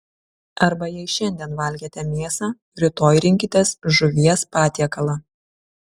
arba jei šiandien valgėte mėsą rytoj rinkitės žuvies patiekalą